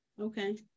Okay